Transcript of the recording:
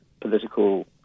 political